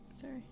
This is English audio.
Sorry